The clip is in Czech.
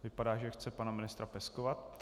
Vypadá, že chce pana ministra peskovat.